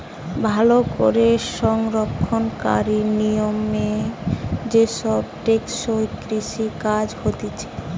ভালো করে সংরক্ষণকারী নিয়মে যে সব টেকসই কৃষি কাজ হতিছে